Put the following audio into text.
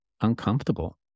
uncomfortable